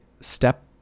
step